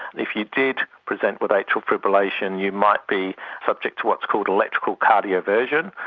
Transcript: if you did present with atrial fibrillation you might be subject to what's called electrical cardioversion,